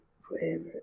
forever